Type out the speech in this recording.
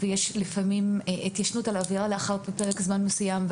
על עבירה לאחר פרק זמן מסוים,